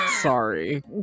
sorry